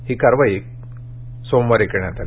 ही कारवाई काल सामवारी करण्यात आली